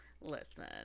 listen